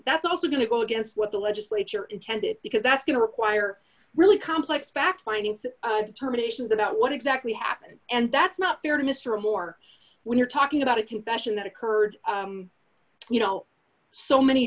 that's also going to go against what the legislature intended because that's going to require really complex back findings determinations about what exactly happened and that's not fair to mr moore when you're talking about a confession that occurred you know so many